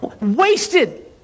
wasted